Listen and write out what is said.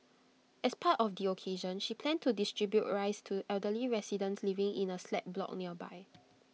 as part of the occasion she planned to distribute rice to elderly residents living in A slab block nearby